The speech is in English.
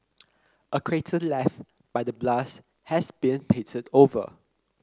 a crater left by the blast has been painted over